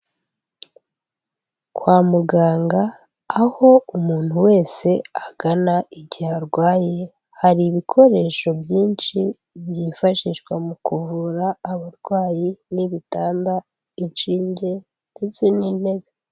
Kwa muganga aho umuntu wese agana igihe arwaye, hari ibikoresho byinshi byifashishwa mu kuvura abarwayi n'ibitanda, inshinge ndetse n'intebe.